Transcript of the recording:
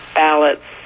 ballots